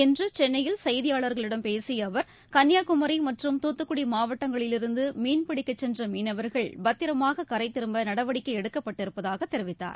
இன்று சென்னையில் செய்தியாளர்களிடம் பேசிய அவர் கன்னியாகுமரி மற்றும் தூத்துக்குடி மாவட்டங்களிலிருந்து மீன்பிடிக்க சென்ற மீனவர்கள் பத்திரமாக கரை திரும்ப நடவடிக்கை எடுக்கப்பட்டிருப்பதாக தெரிவித்தார்